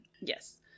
Yes